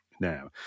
now